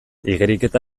igeriketa